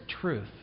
truth